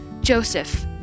Joseph